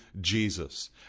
Jesus